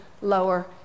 lower